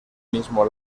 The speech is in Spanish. mismo